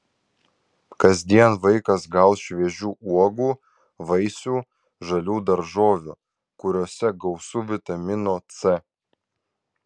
kasdien vaikas gaus šviežių uogų vaisių žalių daržovių kuriose gausu vitamino c